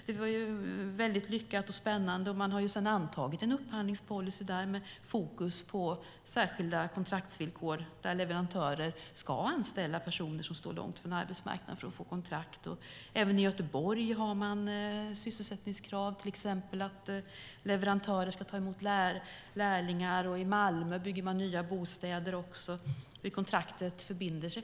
Det var lyckat och spännande, och de har sedan antagit en upphandlingspolicy med fokus på särskilda kontraktsvillkor där leverantörer ska anställa personer som står långt från arbetsmarknaden för att få kontrakt. Även i Göteborg har man sysselsättningskrav. Till exempel ska leverantörer ta emot lärlingar. I Malmö bygger man också nya bostäder.